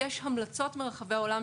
הבדיקות בנתב"ג מזהות מקרים